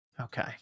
Okay